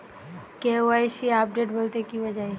KYC update বলতে কি বোঝায়?